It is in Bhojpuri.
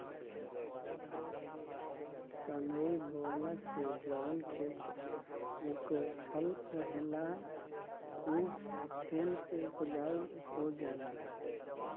सनई बोअला से जवन खेत उकठल रहेला उ फेन से उपजाऊ हो जाला